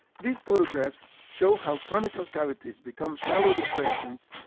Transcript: these photographs show how conical cavities become shallow depressions,